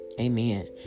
Amen